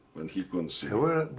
when he couldn't see me.